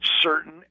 certain